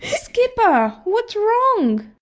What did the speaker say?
skipper! what's wrong?